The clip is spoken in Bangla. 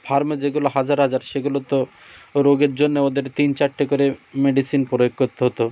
ফার্মে যেগুলো হাজার হাজার সেগুলো তো রোগের জন্য ওদের তিন চারটে করে মেডিসিন প্রয়োগ করতে হতো